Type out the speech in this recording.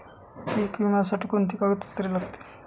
पीक विम्यासाठी कोणती कागदपत्रे लागतील?